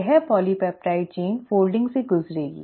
यह पॉलीपेप्टाइड श्रृंखला फोल्डिंग से गुजरेगी